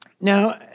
Now